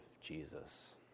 Jesus